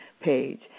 page